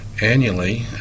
annually